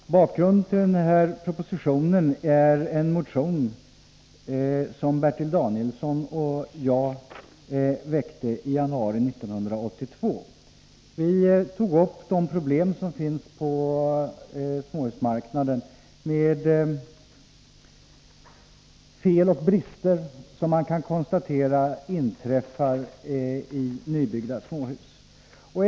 Herr talman! Bakgrunden till denna proposition är en motion som Bertil Danielsson och jag väckte i januari 1982. Vi tog där upp de problem som finns på småhusmarknaden, med fel och brister som man kan konstatera inträffar i nybyggda småhus.